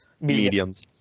mediums